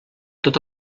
tot